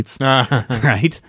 Right